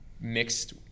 mixed